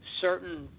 certain